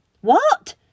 What